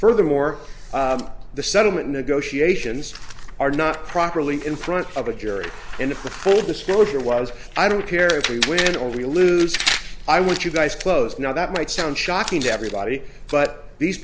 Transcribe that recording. furthermore the settlement negotiations are not properly in front of a jury and the full disclosure was i don't care if you win or lose i want you guys close now that might sound shocking to everybody but these